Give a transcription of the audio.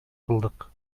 кылдык